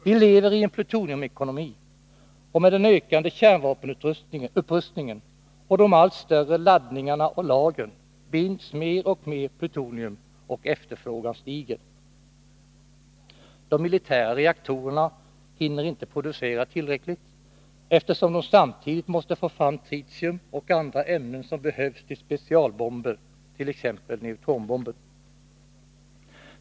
Vi lever i en plutoniumekonomi, och med den ökande kärnvapenupprustningen och de allt större laddningarna och lagren binds mer och mer plutonium och efterfrågan stiger. De militära reaktorerna hinner inte producera tillräckligt, eftersom de samtidigt måste få fram tritium och andra ämnen som behövs till specialbomber, t.ex. neutronbomben.